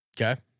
Okay